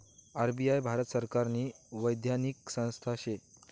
RBI Bharat सरकारनी वैधानिक संस्था शे